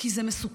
כי זה מסוכן.